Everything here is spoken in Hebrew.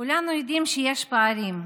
כולנו יודעים שיש פערים.